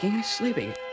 sleeping